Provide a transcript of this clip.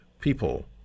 people